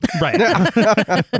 Right